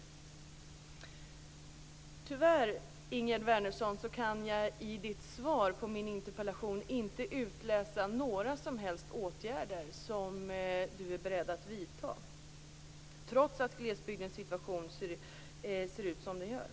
Jag kan tyvärr i Ingegerd Wärnerssons svar på min interpellation inte utläsa att skolministern är beredd att vidta några som helst åtgärder, trots att glesbygdens situation ser ut som den gör.